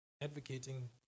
advocating